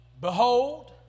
Behold